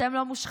אתם לא מושחתים?